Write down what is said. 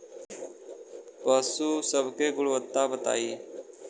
पशु सब के गुणवत्ता बताई?